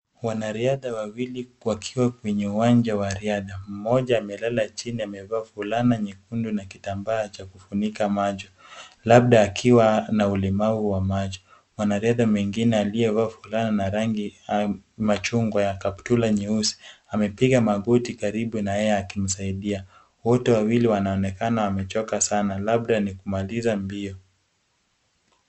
Wanariadha wawili wakiwa kwenye uwanja wa riadha. Mmoja amelala chini amevaa fulana nyekundu na kitambaa cha kufunika macho. Labda akiwa na ulemavu wa macho. Mwanariadha mwengine aliyevaa fulana ya rangi ya machungwa na kaptula nyeusi amepiga magoti karibu na yeye akimsaidia. Wote wawili wanaonekana wamechoka sana. Labda ni kumaliza mbio.